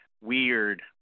weird